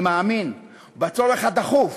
אני מאמין בצורך הדחוף